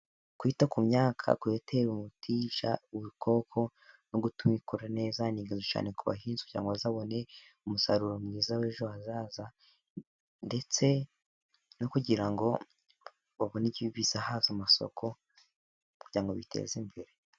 Kwita ku myaka ku yitera umuti wica udukoko, no gutuma ikura neza ni byiza cyane ku bahinzi, cyangwa ngo bazabone umusaruro mwiza w' ejo hazaza, ndetse no kugira ngo babone ibizahaza amasoko kugira ngo biteze imbere.